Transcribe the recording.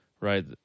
right